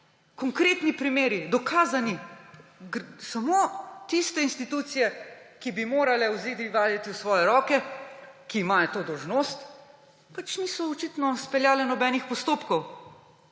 Konkretni primeri, dokazani, samo tiste institucije, ki bi morale vzeti vajeti v svoje roke, ki imajo to dolžnost, pač niso očitno speljale nobenih postopkov